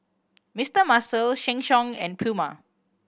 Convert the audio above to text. Mister Muscle Sheng Siong and Puma